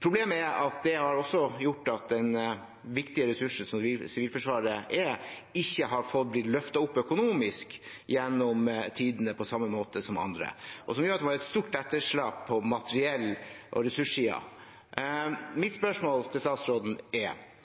Problemet er at det har gjort at en så viktig ressurs som Sivilforsvaret er, ikke har blitt løftet opp økonomisk gjennom tidene på samme måte som andre, og det gjør at vi har et stort etterslep på materiell- og ressurssiden. Mitt spørsmål til statsråden er: